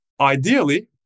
ideally